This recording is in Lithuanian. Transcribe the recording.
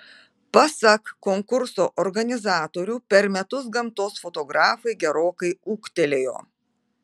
pasak konkurso organizatorių per metus gamtos fotografai gerokai ūgtelėjo